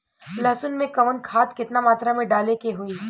लहसुन में कवन खाद केतना मात्रा में डाले के होई?